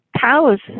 cows